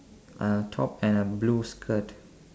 uh top and a blue skirt